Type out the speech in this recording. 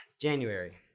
January